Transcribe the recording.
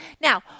Now